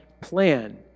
plan